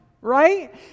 right